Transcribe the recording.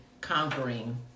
conquering